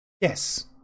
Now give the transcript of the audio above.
Yes